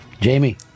Jamie